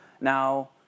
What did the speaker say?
Now